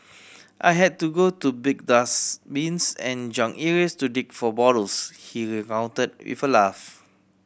I had to go to big dustbins and junk areas to dig for bottles he recounted with a laugh